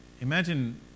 imagine